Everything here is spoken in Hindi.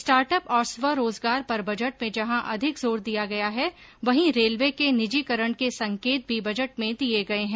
स्टार्टअप और स्वरोजगार पर बजट में जहां अधिक जोर दिया गय है वहीं रेलवे के निजीकरण के संकेत भी बजट में दिये गये है